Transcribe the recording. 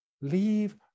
leave